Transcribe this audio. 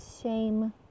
shame